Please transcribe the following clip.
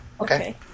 Okay